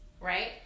right